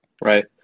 Right